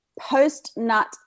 post-nut